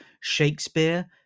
Shakespeare